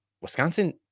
Wisconsin